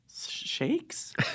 Shakes